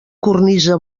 cornisa